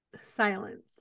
silence